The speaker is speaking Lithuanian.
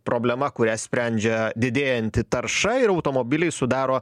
problema kurią sprendžia didėjanti tarša ir automobiliai sudaro